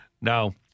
now